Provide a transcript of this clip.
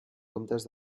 comptes